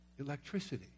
electricity